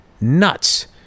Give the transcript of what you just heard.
nuts